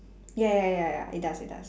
ya ya ya ya it does it does